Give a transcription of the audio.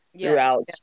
throughout